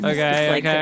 Okay